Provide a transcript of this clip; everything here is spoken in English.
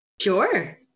sure